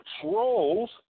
trolls